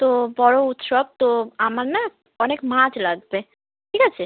তো বড় উৎসব তো আমার না অনেক মাছ লাগবে ঠিক আছে